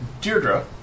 Deirdre